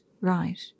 right